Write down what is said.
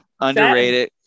underrated